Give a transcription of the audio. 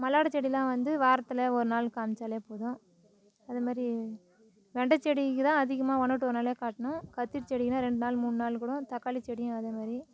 மல்லாட்ட செடியெலாம் வந்து வாரத்தில் ஒரு நாள் காமிச்சால் போதும் அது மாரி வெண்டை செடிக்கு தான் அதிகமாக ஒன்று விட்டு ஒரு நாள் காட்டணும் கத்திரி செடிக்குன்னா ரெண்டு நாள் மூணு நாள் கூட தக்காளி செடியும் அதே மாரி